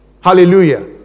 Hallelujah